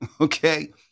okay